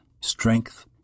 strength